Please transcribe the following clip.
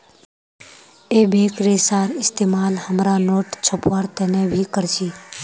एबेक रेशार इस्तेमाल हमरा नोट छपवार तने भी कर छी